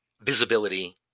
visibility